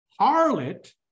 harlot